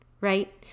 right